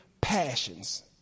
passions